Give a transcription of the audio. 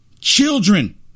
children